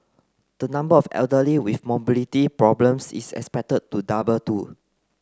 the number of elderly with mobility problems is expected to double too